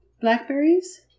Blackberries